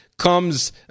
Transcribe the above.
comes